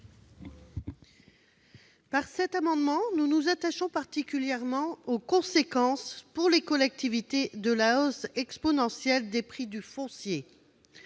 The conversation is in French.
Par cet amendement, nous nous attachons particulièrement aux conséquences de la hausse exponentielle des prix du foncier